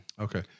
Okay